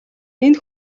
энэ